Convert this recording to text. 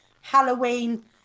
halloween